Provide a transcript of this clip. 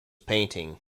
painting